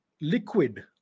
liquid